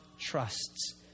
trusts